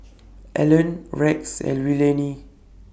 Allan Rex and Willene